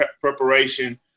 preparation